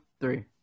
three